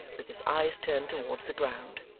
with his eyes turned towards the ground.